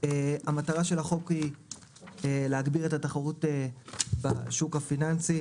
המטרה של החוק היא להגביר את התחרות בשוק הפיננסי,